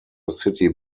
city